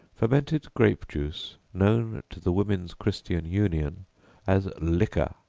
fermented grape-juice known to the women's christian union as liquor,